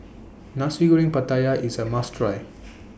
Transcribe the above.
Nasi Goreng Pattaya IS A must Try